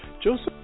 Joseph